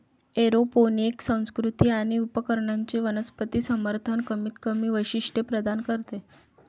aeroponic संस्कृती आणि उपकरणांचे वनस्पती समर्थन कमीतकमी वैशिष्ट्ये प्रदान करते